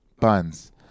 buns